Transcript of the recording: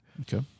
okay